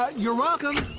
ah you're welcome.